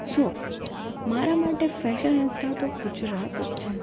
સો મારા માટે fashion insta તો ગુજરાત જ છે